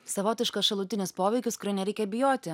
savotiškas šalutinis poveikis kurio nereikia bijoti